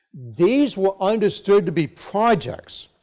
these were understood to be projects.